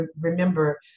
remember